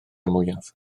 mwyaf